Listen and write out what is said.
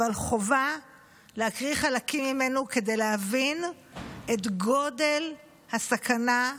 אבל חובה להקריא חלקים ממנו כדי להבין את גודל הסכנה,